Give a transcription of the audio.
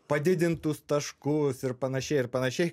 padidintus taškus ir panašiai ir panašiai